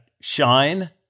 Shine